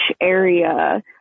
area